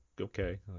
okay